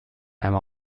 einmal